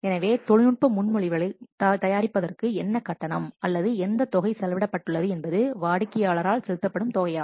எனவே தொழில்நுட்ப முன்மொழிவைத் தயாரிப்பதற்கு என்ன கட்டணம் அல்லது எந்த தொகை செலவிடப்பட்டுள்ளது என்பது வாடிக்கையாளரால் செலுத்தப்படும் தொகை